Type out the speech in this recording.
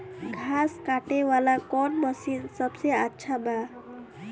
घास काटे वाला कौन मशीन सबसे अच्छा बा?